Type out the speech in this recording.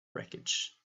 wreckage